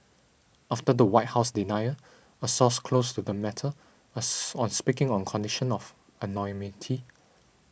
after the White House denial a source close to the matter on speaking on condition of anonymity